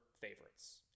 favorites